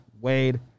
Wade